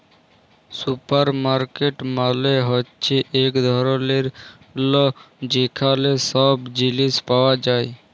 supermarket মালে হ্যচ্যে এক ধরলের ল যেখালে সব জিলিস পাওয়া যায়